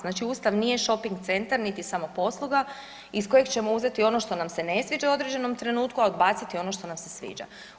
Znači Ustav nije shopping centar niti samoposluga iz kojeg ćemo uzeti ono što se ne sviđa u određenom trenutku, a odbaciti ono što nam se sviđa.